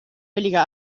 billiger